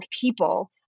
people